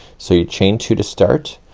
so you chain two to start,